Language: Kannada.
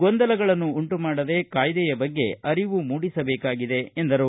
ಗೊಂದಲಗಳನ್ನು ಉಂಟುಮಾಡದೇ ಕಾಯ್ದೆಯ ಬಗ್ಗೆ ಅರಿವು ಮೂಡಿಸಬೇಕಾಗಿದೆ ಎಂದರು